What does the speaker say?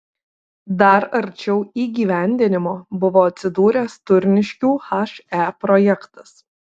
dar arčiau įgyvendinimo buvo atsidūręs turniškių he projektas